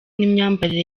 n’imyambarire